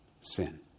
sin